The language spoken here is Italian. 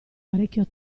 parecchio